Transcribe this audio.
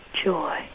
joy